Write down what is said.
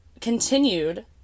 continued